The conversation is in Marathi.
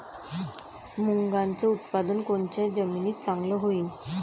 मुंगाचं उत्पादन कोनच्या जमीनीत चांगलं होईन?